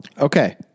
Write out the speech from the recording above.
Okay